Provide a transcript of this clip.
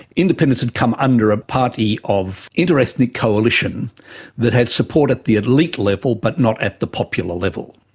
independence had come under a party of interethnic coalition that had support at the elite level but not at the popular level.